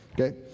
okay